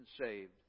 saved